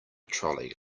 trolley